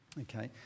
Okay